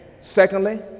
secondly